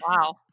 Wow